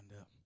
up